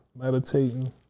meditating